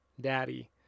Daddy